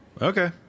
Okay